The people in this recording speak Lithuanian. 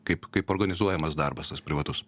kaip kaip organizuojamas darbas privatus